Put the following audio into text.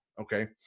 okay